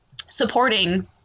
supporting